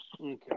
Okay